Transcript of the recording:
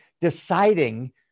deciding